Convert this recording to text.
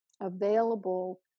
available